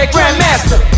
Grandmaster